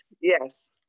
Yes